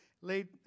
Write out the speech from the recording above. late